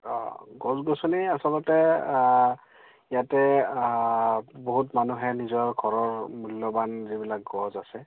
অঁ গছ গছনি আচলতে ইয়াতে বহুত মানুহে নিজৰ ঘৰৰ মূল্যৱান যিবিলাক গছ আছে